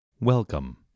Welcome